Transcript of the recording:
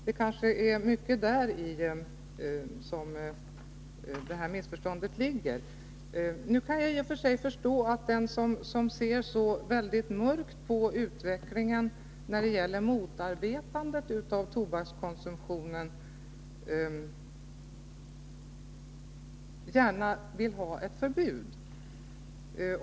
Det kanske är mycket däri som missförståndet ligger. Nu kan jag i och för sig förstå att den som ser så väldigt mörkt på utvecklingen när det gäller motarbetandet av tobakskonsumtionen gärna vill ha ett förbud.